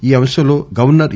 ఈ అంశంలో గవర్సర్ ఇ